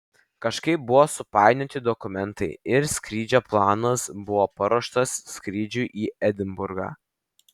kažkaip buvo supainioti dokumentai ir skrydžio planas buvo paruoštas skrydžiui į edinburgą